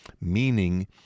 meaning